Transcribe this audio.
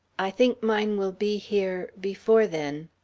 i think mine will be here before then.